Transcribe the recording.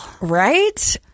Right